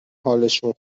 حالشون